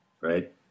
right